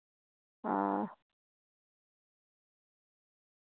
हां